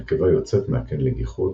הנקבה יוצאת מהקן לגיחות,